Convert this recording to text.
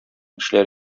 эшләр